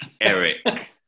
Eric